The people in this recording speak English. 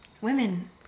Women